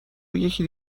یکی